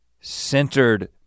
centered